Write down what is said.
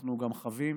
אנחנו גם חבים